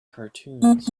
cartoons